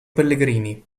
pellegrini